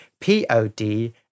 P-O-D